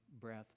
breath